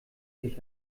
sich